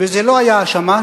וזה לא היה השמש,